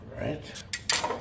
right